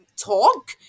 talk